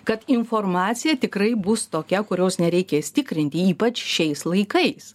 kad informacija tikrai bus tokia kurios nereikės tikrinti ypač šiais laikais